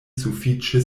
sufiĉe